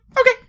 Okay